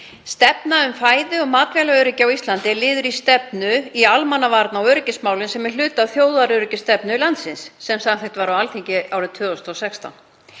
Stefna um fæðu- og matvælaöryggi á Íslandi er liður í stefnu í almannavarna- og öryggismálum sem er hluti af þjóðaröryggisstefnu landsins sem samþykkt var á Alþingi árið 2016.